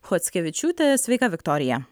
chockevičiūtė sveika viktorija